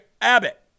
Abbott